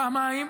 פעמיים,